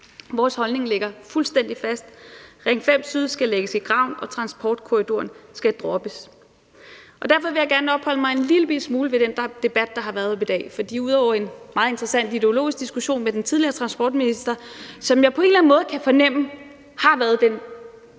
Vores holdning ligger fuldstændig fast: Ring 5 syd skal lægges i graven, og transportkorridoren skal droppes. Derfor vil jeg gerne opholde mig en lillebitte smule ved den debat, der har været i dag, for ud over en meget interessant ideologisk diskussion med den tidligere transportminister, som jeg på en eller anden måde kan fornemme har været den